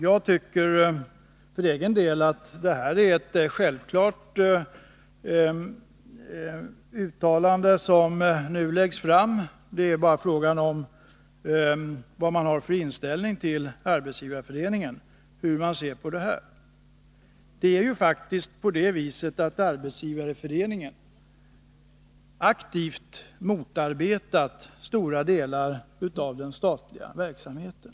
Jag tycker för egen del att det är ett självklart uttalande som nu läggs fram. Hur man ser på detta är bara en fråga om vad man har för inställning till Arbetsgivareföreningen. Arbetsgivareföreningen har aktivt motarbetat stora delar av den statliga verksamheten.